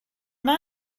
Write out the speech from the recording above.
are